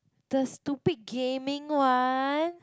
the stupid gaming one